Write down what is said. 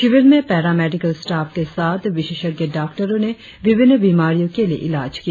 शिविर में paramedical staff के साथ विशेषज्ञ डॉक्टरों ने विभिन्न बीमारियों के लिए इलाज किया